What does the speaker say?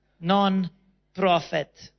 Non-profit